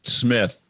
Smith